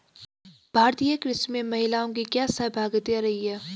भारतीय कृषि में महिलाओं की क्या सहभागिता रही है?